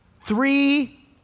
three